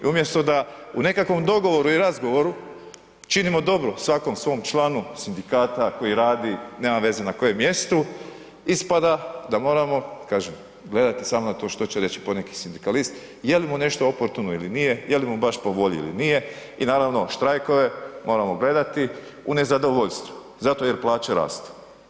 I umjesto da u nekakvom dogovoru i razgovoru činimo dobro svakom svom članu sindikata koji radi nema veze na kojem mjestu ispada da moramo gledati samo na to što će reći poneki sindikalist, jel mu nešto oportuno ili nije je li mu baš po volji ili nije i naravno štrajkove moramo gledati u nezadovoljstvu, zato jer plaće rastu.